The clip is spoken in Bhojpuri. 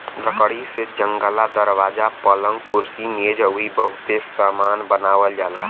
लकड़ी से जंगला, दरवाजा, पलंग, कुर्सी मेज अउरी बहुते सामान बनावल जाला